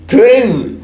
Crazy